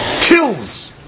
Kills